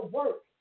work